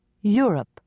Europe